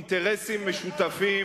עם מצרים אינטרסים משותפים,